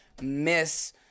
miss